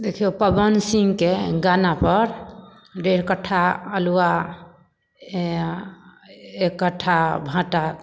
देखियौ पबन सिंहके गानापर डेढ़ कट्ठा अलुहा ए एक कट्ठा भाँटा